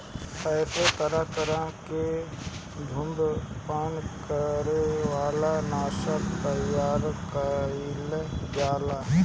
एसे तरह तरह के धुम्रपान करे वाला नशा तइयार कईल जाला